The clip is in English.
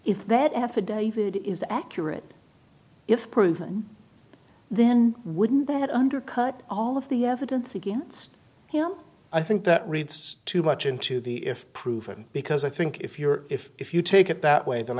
if that affidavit is accurate if proven then wouldn't that undercut all of the evidence against him i think that reads too much into the if proven because i think if you're if if you take it that way then